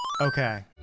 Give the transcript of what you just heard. Okay